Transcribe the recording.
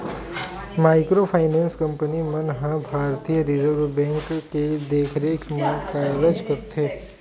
micro finance company मन ह भारतीय रिजर्व बेंक के देखरेख म कारज करथे